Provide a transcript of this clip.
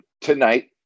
tonight